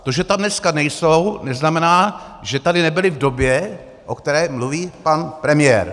To, že tam dneska nejsou, neznamená, že tady nebyli v době, o které mluví pan premiér.